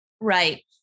Right